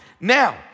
Now